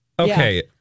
Okay